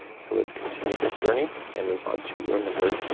so let's continue this journey and move on to row number